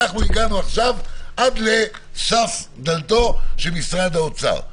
הגענו עכשיו עד לסף דלתו של משרד האוצר.